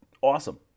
awesome